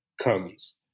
comes